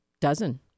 dozen